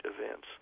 events